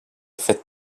fet